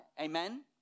Amen